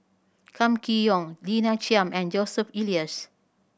Kam Kee Yong Lina Chiam and Joseph Elias